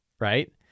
right